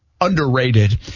underrated